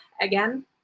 Again